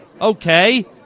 Okay